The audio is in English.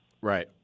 Right